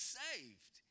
saved